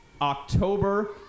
October